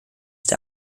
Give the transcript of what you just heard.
der